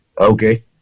Okay